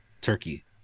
Turkey